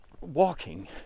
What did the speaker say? walking